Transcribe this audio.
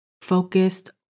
focused